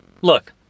Look